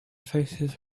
faces